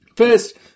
First